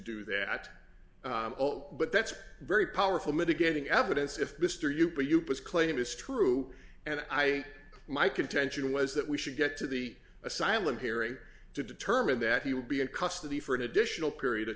do that but that's very powerful mitigating evidence if mr you but you claim is true and i my contention was that we should get to the asylum hearing to determine that he will be in custody for an additional period of